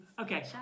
Okay